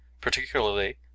particularly